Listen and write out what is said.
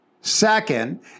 Second